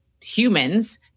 humans